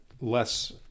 less